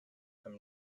from